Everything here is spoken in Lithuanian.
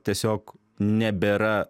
tiesiog nebėra